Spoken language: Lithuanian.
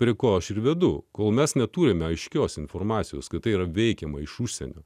prie ko aš ir vidų kol mes neturime aiškios informacijos kad tai yra veikiama iš užsienio